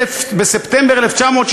בספטמבר 1961